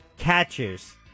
catches